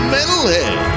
Metalhead